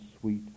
sweet